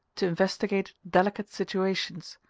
to investigate delicate situations,